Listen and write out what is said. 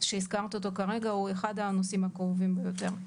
שהזכרת אותו כרגע, הוא אחד הנושאים הכאובים ביותר.